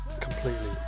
completely